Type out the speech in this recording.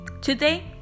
Today